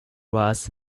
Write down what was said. was